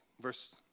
Verse